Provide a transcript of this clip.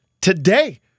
today